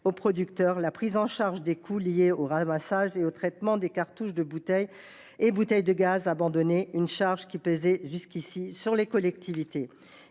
aux producteurs la prise en charge des coûts liés au ramassage et au traitement des cartouches et bouteilles de gaz abandonnées, une charge qui pèse aujourd’hui sur les collectivités.